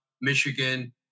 Michigan